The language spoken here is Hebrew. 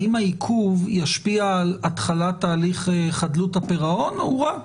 האם העיכוב ישפיע על התחלת תהליך חדלות הפירעון או שהוא רק